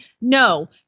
No